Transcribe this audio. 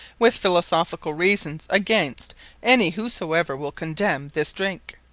with philosophicall reasons, against any whosoever will condemne this drinke,